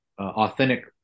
authentic